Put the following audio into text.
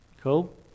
Cool